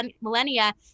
millennia